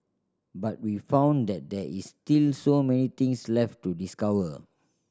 but we found that there is still so many things left to discover